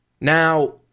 Now